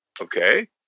Okay